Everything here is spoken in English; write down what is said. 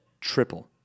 triple